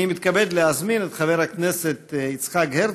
אני מתכבד להזמין את חבר הכנסת יצחק הרצוג,